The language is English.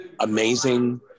amazing